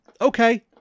Okay